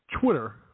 Twitter